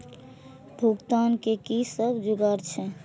भुगतान के कि सब जुगार छे?